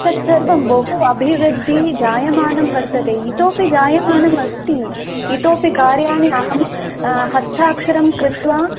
तत्सर्वं बहु अभिवृद्धिजायमानं वर्तते इतोपि जायमानमस्ति इतोपि कार्याणि अहं हस्ताक्षरं कृत्वा